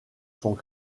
sont